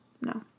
no